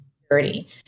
security